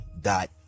dot